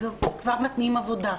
כבר מתניעים עבודה,